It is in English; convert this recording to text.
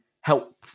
help